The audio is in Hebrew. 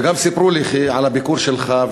וגם סיפרו לי על הביקור שלך,